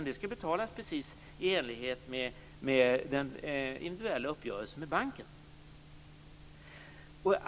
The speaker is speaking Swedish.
Det skall betalas precis i enlighet med den individuella uppgörelsen med banken.